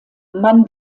man